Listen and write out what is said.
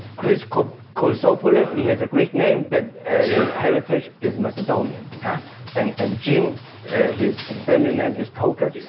kris kotsopoulos he has a greek name but his heritage is macedonian yeah and and jim his family name is tokis.